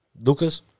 Lucas